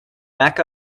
mac